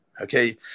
okay